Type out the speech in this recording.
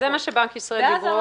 זה מה שבנק ישראל אמר.